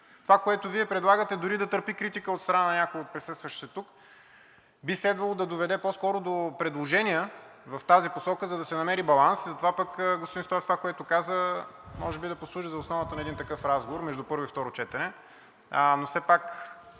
Това, което Вие предлагате, дори да търпи критика от страна на някои от присъстващите тук, би следвало да доведе по-скоро до предложения в тази посока, за да се намери баланс и затова това, което каза господин Стоев, може би, да послужи за основата на един такъв разговор между първо и второ четене.